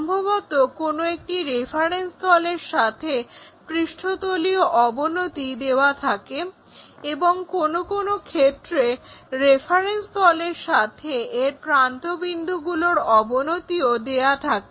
সম্ভবত কোনো একটি রেফারেন্স তলের সাথে পৃষ্ঠতলীয় অবনতি দেওয়া থাকে এবং কোনো কোনো ক্ষেত্রে রেফারেন্স তলের সাথে এর প্রান্তগুলোর অবনতিও দেওয়া থাকে